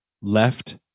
left